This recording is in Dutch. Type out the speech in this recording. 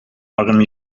arm